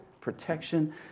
protection